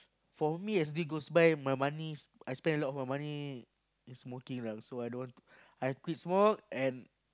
for me as day goes by my moneys I spend a lot of my money in smoking lah so I don't want to I quit smoke and